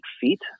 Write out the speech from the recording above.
feet